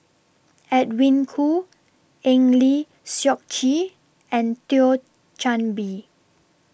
Edwin Koo Eng Lee Seok Chee and Thio Chan Bee